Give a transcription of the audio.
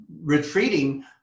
retreating